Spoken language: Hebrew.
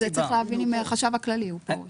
זה צריך להבין עם החשב הכללי, הוא פה שיגיד.